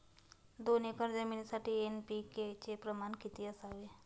दोन एकर जमिनीसाठी एन.पी.के चे प्रमाण किती असावे?